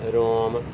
Rome